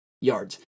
yards